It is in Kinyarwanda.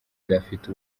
gafite